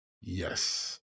Yes